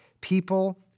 People